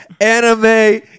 anime